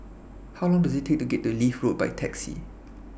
How Long Does IT Take to get to Leith Road By Taxi